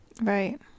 Right